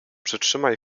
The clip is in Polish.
przytrzymaj